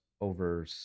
over